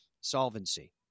solvency